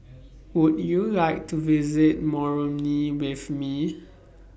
Would YOU like to visit Moroni with Me